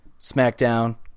SmackDown